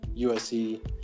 USC